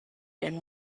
and